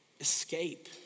escape